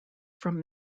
from